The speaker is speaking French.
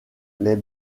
les